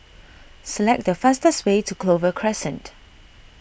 select the fastest way to Clover Crescent